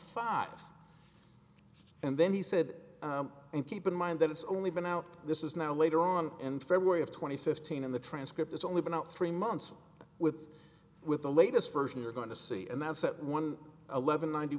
five and then he said and keep in mind that it's only been out this is now later on in february of two thousand and fifteen in the transcript it's only been out three months with with the latest version you're going to see and that's that one eleven ninety